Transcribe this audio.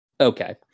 Okay